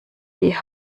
wie